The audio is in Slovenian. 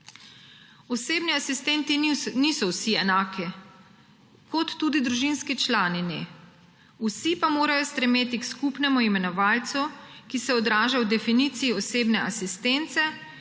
Osebni asistenti niso vsi enaki, kot tudi družinski člani ne, vsi pa morajo stremeti k skupnemu imenovalcu, ki se odraža v definiciji osebne asistence